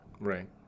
Right